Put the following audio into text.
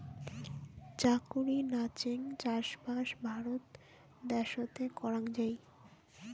চাকুরি নাচেঙ চাষবাস ভারত দ্যাশোতে করাং যাই